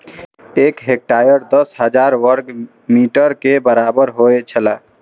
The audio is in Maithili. एक हेक्टेयर दस हजार वर्ग मीटर के बराबर होयत छला